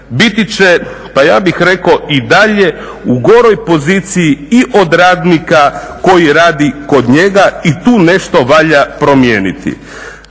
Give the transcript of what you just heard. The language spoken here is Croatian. biti će pa ja bih rekao i dalje u goroj poziciji i od radnika koji radi kod njega i tu nešto valja promijeniti.